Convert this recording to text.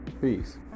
Peace